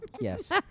Yes